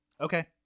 Okay